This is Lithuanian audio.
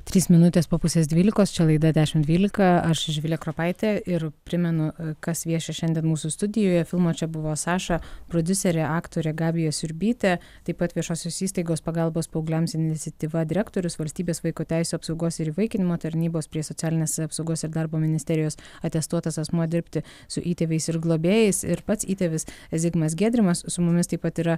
trys minutės po pusės dvylikos čia laida dešimt dvylika aš živilė kropaitė ir primenu kas vieši šiandien mūsų studijoje filmo čia buvo saša prodiuserė aktorė gabija siurbytė taip pat viešosios įstaigos pagalbos paaugliams iniciatyva direktorius valstybės vaiko teisių apsaugos ir įvaikinimo tarnybos prie socialinės apsaugos ir darbo ministerijos atestuotas asmuo dirbti su įtėviais ir globėjais ir pats įtėvis zigmas giedrimas su mumis taip pat yra